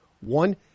one